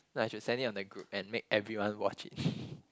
no I should send it on the group and make everyone watch it